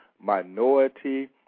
minority